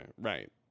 right